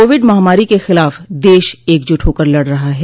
Covid महामारी के खिलाफ देश एकजुट होकर लड़ रहा है